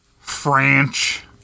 French